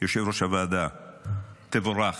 יושב-ראש הוועדה תבורך,